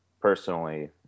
personally